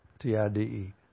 T-I-D-E